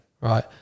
right